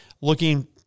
looking –